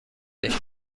بهبود